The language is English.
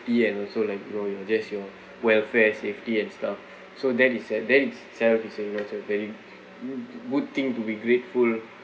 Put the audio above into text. and also like you know you're just your welfare safety and stuff so that is a that itself is a is a very go~ good thing to be grateful